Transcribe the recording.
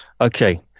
Okay